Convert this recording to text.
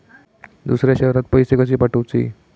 दुसऱ्या शहरात पैसे कसे पाठवूचे?